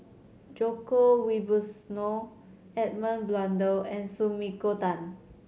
Djoko Wibisono Edmund Blundell and Sumiko Tan